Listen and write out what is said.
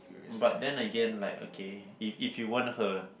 but then again like okay if if you want her